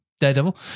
Daredevil